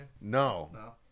No